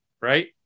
right